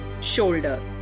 shoulder